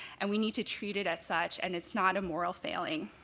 and we need to treat it as such and it's not a moral failing.